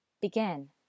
Begin